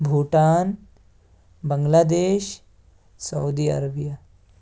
Bhutan Bangladesh Saudi Arabia